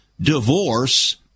divorce